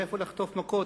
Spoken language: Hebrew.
מאיפה לחטוף מכות,